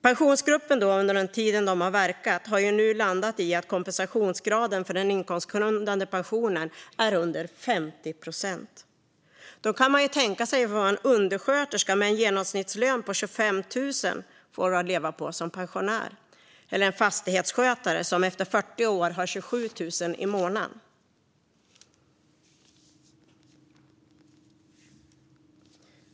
Pensionsgruppen har nu landat i att kompensationsgraden för den inkomstgrundade pensionen är under 50 procent. Då kan man tänka sig vad en undersköterska med en genomsnittslön på 25 000, eller en fastighetsskötare som efter 40 år har 27 000 i månaden, får att leva på som pensionär.